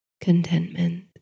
contentment